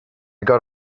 got